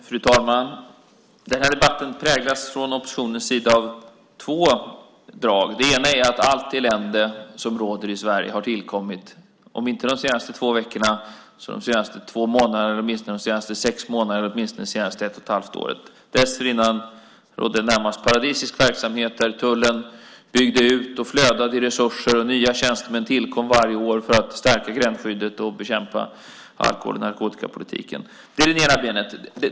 Fru talman! Den här debatten präglas från oppositionens sida av två drag. Det ena är att allt elände som råder i Sverige har tillkommit om inte de senaste två veckorna så de senaste två månaderna eller åtminstone de senaste sex månaderna eller de senaste 18 månaderna. Dessförinnan rådde närmast paradisisk verksamhet där tullen byggde ut och flödade i resurser och där nya tjänstemän tillkom varje år för att stärka gränsskyddet och bekämpa alkohol och narkotikainförseln. Det är det ena benet.